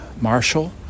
Marshall